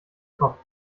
kopf